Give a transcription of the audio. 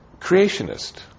creationist